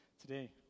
today